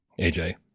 AJ